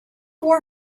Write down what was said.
war